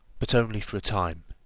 but only for a time.